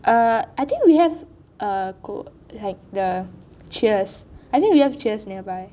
err I think we have a cold like the cheer I think we have cheers nearby